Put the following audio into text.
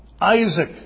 Isaac